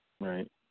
Right